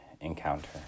encounter